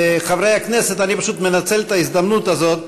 חברי הכנסת, אני מנצל את ההזדמנות הזאת: